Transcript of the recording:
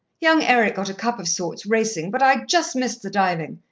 young eric got a cup of sorts, racing, but i just missed the diving.